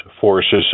forces